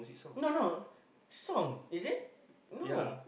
no no song is it no